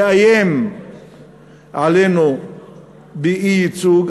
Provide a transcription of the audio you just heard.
תאיימו עלינו באי-ייצוג,